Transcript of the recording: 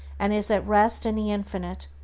and is at rest in the infinite.